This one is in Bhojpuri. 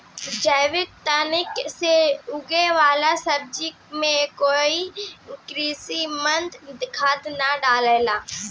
जैविक तकनीक से उगे वाला सब्जी में कोई कृत्रिम खाद ना डलाला